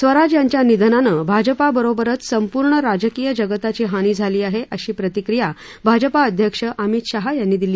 स्वराज यांच्या निधनानं भाजपाबरोबरचं संपूर्ण राजकीय जगताची हानी झाली आहे अशी प्रतिक्रिया भाजपा अध्यक्ष यांनी अमित शहा यांनी व्यक्त केली